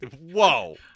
whoa